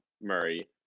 Murray